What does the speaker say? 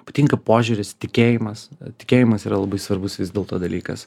patinka požiūris tikėjimas tikėjimas yra labai svarbus vis dėlto dalykas